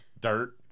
dirt